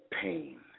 pain